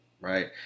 Right